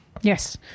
Yes